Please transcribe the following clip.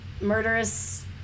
murderous